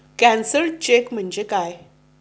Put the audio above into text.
Cancelled cheque म्हणजे काय?